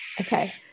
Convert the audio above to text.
Okay